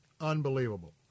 Unbelievable